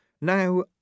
Now